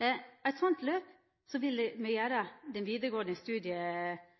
Med eit slikt løp vil me gjera det vidaregåande